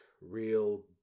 real